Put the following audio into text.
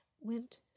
went